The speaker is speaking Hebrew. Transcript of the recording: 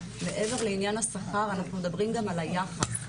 מעבר לעניין השכר אנחנו מדברים גם על היחס,